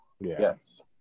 Yes